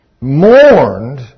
mourned